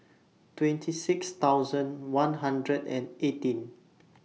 twenty six thousand one hundred and eighteen